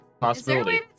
Possibility